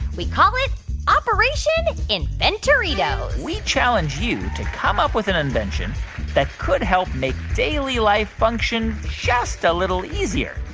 we call it operation invent-oritos we challenge you to come up with an invention that could help make daily life function just a little easier.